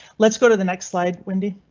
let's go to the next slide, wendy.